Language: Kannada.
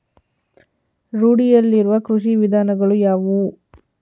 ರೂಢಿಯಲ್ಲಿರುವ ಕೃಷಿ ವಿಧಾನಗಳು ಯಾವುವು?